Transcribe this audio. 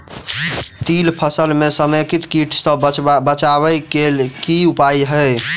तिल फसल म समेकित कीट सँ बचाबै केँ की उपाय हय?